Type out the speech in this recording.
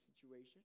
situation